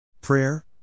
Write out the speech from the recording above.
Prayer